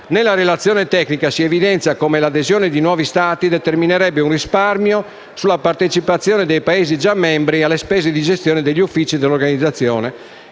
Nella relazione tecnica si evidenzia come l'adesione di nuovi Stati determinerebbe un risparmio sulla partecipazione dei Paesi già membri alle spese di gestione degli uffici dell'organizzazione